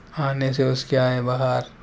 آنے سے اس کے آئے بہار